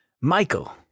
Michael